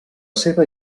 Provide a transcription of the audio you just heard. seva